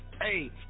Hey